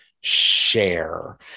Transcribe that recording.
share